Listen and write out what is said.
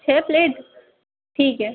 छः प्लेट ठीक है